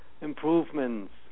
improvements